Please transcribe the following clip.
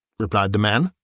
replied the man.